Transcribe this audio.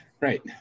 right